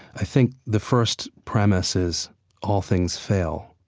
i think the first premise is all things fail.